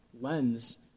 lens